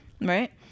right